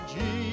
Jesus